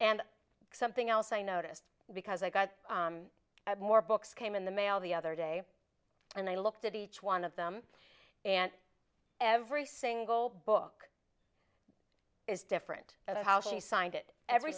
and something else i noticed because i got more books came in the mail the other day and i looked at each one of them and every single book is different and how she signed it every